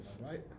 Right